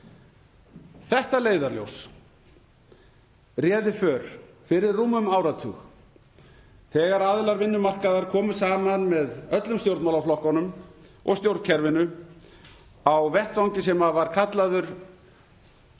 Þetta leiðarljós réði för fyrir rúmum áratug þegar aðilar vinnumarkaðar komu saman með öllum stjórnmálaflokkunum og stjórnkerfinu á vettvangi sem var kallaður